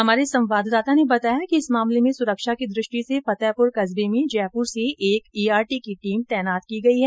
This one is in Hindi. हमारे संवाददाता ने बताया कि इस मामले में सुरक्षा की दृष्टि से फतेहपुर कस्बे में जयपुर से एक ईआरटी की टीम तैनात की गई है